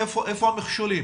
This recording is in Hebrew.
איפה המכשולים?